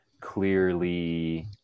clearly